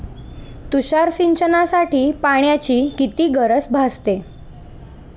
तुषार सिंचनासाठी पाण्याची किती गरज भासते?